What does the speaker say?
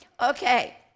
Okay